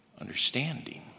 understanding